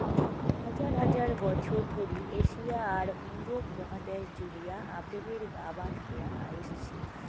হাজার হাজার বছর ধরি এশিয়া আর ইউরোপ মহাদ্যাশ জুড়িয়া আপেলের আবাদ হয়া আইসছে